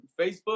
Facebook